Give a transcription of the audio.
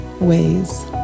ways